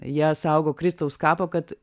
jie saugo kristaus kapą kad